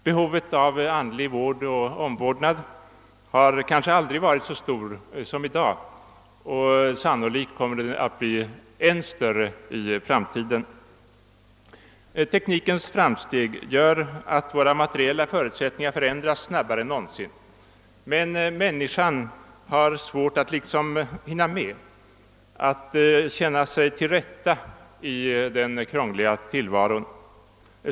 Behovet av andlig omvårdnad har kanske aldrig varit så stort som i dag, och sannolikt kommer det att bli än större i framtiden. Teknikens framsteg gör att våra materiella förutsättningar förändras snabbare än någonsin. Men människan har svårt att liksom hinna med, att finna sig till rätta i den krångliga tillvaron.